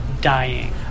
dying